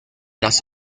las